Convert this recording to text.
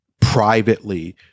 privately